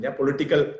political